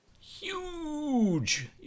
HUGE